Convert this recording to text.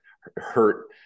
hurt